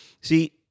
see